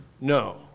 no